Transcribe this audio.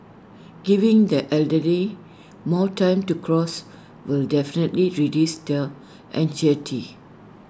giving the elderly more time to cross will definitely reduce their anxiety